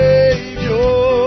Savior